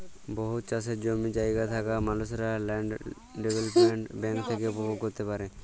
বহুত চাষের জমি জায়গা থ্যাকা মালুসলা ল্যান্ড ডেভেলপ্মেল্ট ব্যাংক থ্যাকে উপভোগ হ্যতে পারে